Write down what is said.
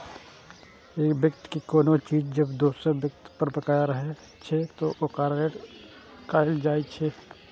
एक व्यक्ति के कोनो चीज जब दोसर व्यक्ति पर बकाया रहै छै, ते ओकरा ऋण कहल जाइ छै